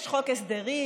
יש חוק הסדרים.